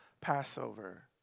Passover